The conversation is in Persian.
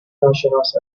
ناشناس